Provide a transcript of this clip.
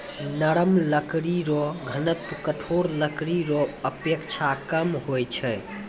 नरम लकड़ी रो घनत्व कठोर लकड़ी रो अपेक्षा कम होय छै